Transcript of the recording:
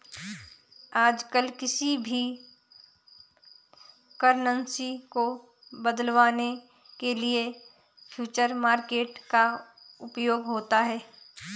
आजकल किसी भी करन्सी को बदलवाने के लिये फ्यूचर मार्केट का उपयोग होता है